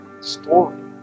story